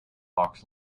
fox